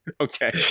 okay